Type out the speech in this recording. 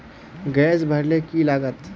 Gas भरले की लागत?